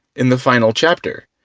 in the final chapter,